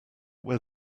where